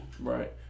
Right